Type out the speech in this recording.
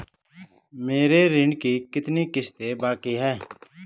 मेरे ऋण की कितनी किश्तें बाकी हैं?